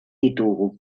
ditugu